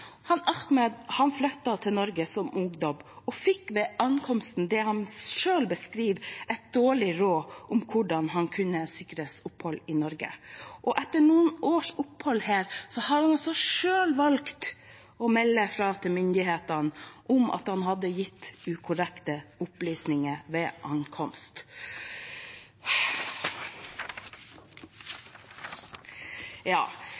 til Norge som ungdom og fikk ved ankomsten det han selv beskriver som et dårlig råd om hvordan han kunne sikres opphold i Norge. Etter noen års opphold her har han selv valgt å melde fra til myndighetene om at han hadde gitt ukorrekte opplysninger ved